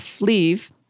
leave